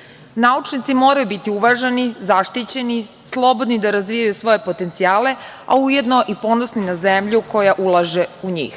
izgubimo. Naučnici moraju biti uvaženi, zaštićeni, slobodni da razvijaju svoje potencijale, a ujedno ponosni na zemlju koja ulaže u njih.